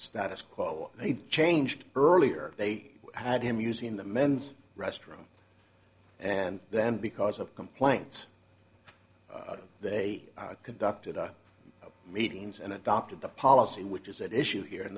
status quo they changed earlier they had him using the men's restroom and then because of complaints they conducted our meetings and adopted the policy which is at issue here in